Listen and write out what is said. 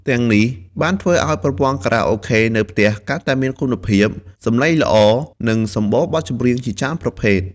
ទាំងនេះបានធ្វើឲ្យប្រព័ន្ធខារ៉ាអូខេនៅផ្ទះកាន់តែមានគុណភាពសំឡេងល្អ និងសម្បូរបទចម្រៀងជាច្រើនប្រភេទ។